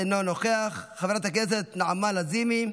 אינו נוכח, חברת הכנסת עאידה תומא סלימאן,